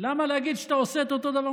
למה להגיד שאתה עושה אותו דבר,